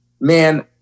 man